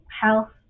health